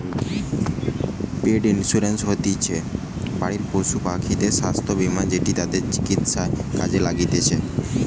পেট insurance হতিছে বাড়ির পশুপাখিদের স্বাস্থ্য বীমা যেটি ওদের চিকিৎসায় কাজে লাগতিছে